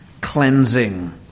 cleansing